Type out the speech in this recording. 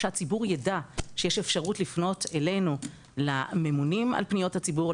שהציבור יידע שיש אפשרות לפנות אלינו לממונים על פניות הציבור,